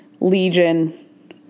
legion